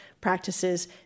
practices